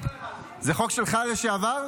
זה חוק שלי מהעבר,